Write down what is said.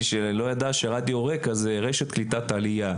שלא ידע שרדיו רק"ע זה רשת קליטת העלייה.